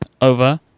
over